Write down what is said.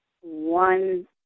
one